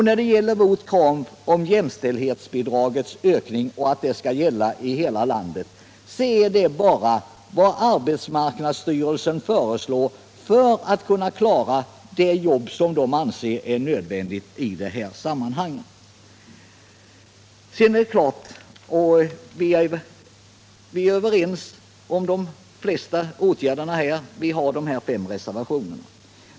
Vårt krav om ökning av jämställdhetsbidraget och förslaget att det skall gälla i hela landet är bara en uppföljning av vad arbetsmarknadsstyrelsen föreslår för att kunna klara det arbete som man anser är nödvändigt i det här sammanhanget. Vi är överens om de flesta åtgärderna, men vi har till betänkandet fogat de här fem reservationerna.